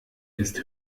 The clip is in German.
ist